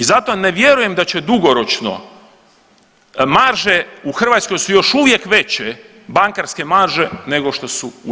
I zato ne vjerujem da će dugoročno marže u Hrvatskoj su još uvijek veće, bankarske marže nego što su u EU.